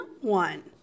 one